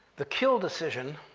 the kill decision,